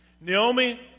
Naomi